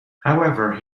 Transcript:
however